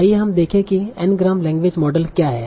आइए हम देखें कि N ग्राम लैंग्वेज मॉडल क्या हैं